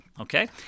okay